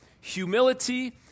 humility